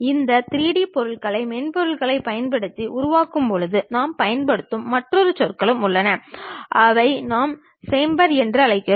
இந்த 3D பொருள்களை மென்பொருளைப் பயன்படுத்தி உருவாக்கும்போது நாம் பயன்படுத்தும் மற்றொரு சொற்களும் உள்ளன அவற்றை நாம் சேம்பர் என்று அழைக்கிறோம்